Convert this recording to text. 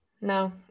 No